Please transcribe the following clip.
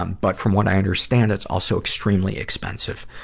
um but from what i understand, it's also extremely expensive.